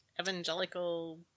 Evangelical